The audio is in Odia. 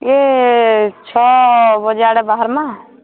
ହେ ଛଅ ବଜେ ଆଡ଼େ ବାହାର୍ମା